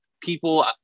people